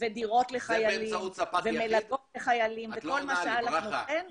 ודירות לחיילים ומלגות לחיילים וכל מה שאל"ח נותן --- ברכה,